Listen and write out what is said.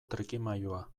trikimailua